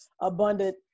abundant